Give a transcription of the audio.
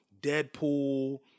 Deadpool